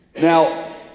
Now